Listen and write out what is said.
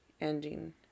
ending